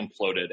imploded